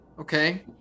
okay